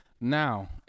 Now